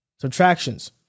subtractions